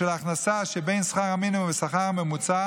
בשל הכנסה שבין שכר המינימום לשכר הממוצע